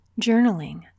journaling